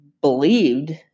believed